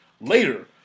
later